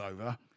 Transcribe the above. over